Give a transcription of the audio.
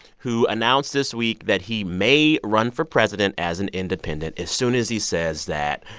who announced this week that he may run for president as an independent. as soon as he says that,